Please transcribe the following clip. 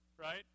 right